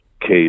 case